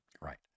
Right